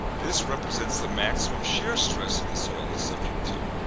this represents the maximum shear stress that the soil is subject to.